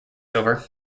over